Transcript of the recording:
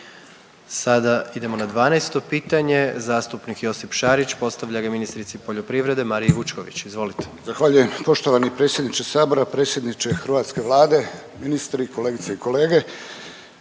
Sada idemo na 12. pitanje. Zastupnik Josip Šarić postavlja ga ministrici poljoprivrede Mariji Vučković. Izvolite. **Šarić, Josip (HDZ)** Zahvaljujem poštovani predsjedniče sabora, predsjedniče hrvatske Vlade, ministri, kolegice i kolege.